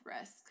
risk